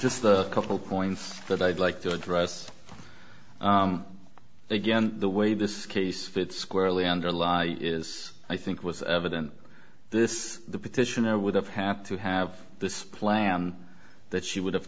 just a couple points but i'd like to address again the way this case fits squarely under law is i think it was evident this the petitioner would have had to have this plan that she would have